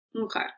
okay